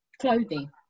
clothing